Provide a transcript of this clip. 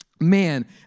Man